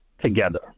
together